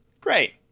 great